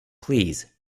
please